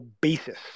basis